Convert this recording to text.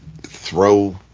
throw